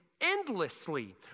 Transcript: endlessly